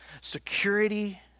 security